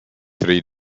three